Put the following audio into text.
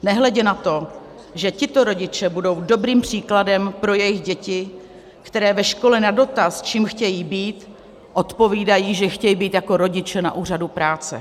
Nehledě na to, že tito rodiče budou dobrým příkladem pro jejich děti, které ve škole na dotaz, čím chtějí být, odpovídají, že chtějí být jako rodiče na úřadu práce.